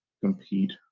compete